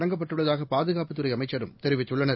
தொடங்கப்பட்டுள்ளதாகபாதுகாப்புத் துறைஅமைச்சரும் தெரிவித்துள்ளனர்